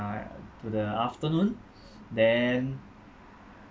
to the afternoon then